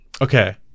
Okay